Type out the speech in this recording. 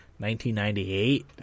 1998